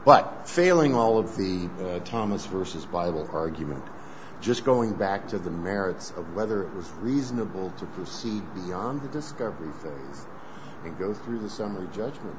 but failing all of the thomas versus viable argument just going back to the merits of whether it was reasonable to see beyond the discovery and go through the summary judgment